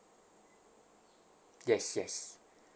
yes yes